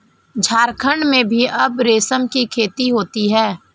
झारखण्ड में भी अब रेशम की खेती होती है